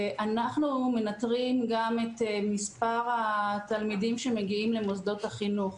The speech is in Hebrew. אנחנו מנטרים גם את מספר התלמידים שמגיעים למוסדות החינוך,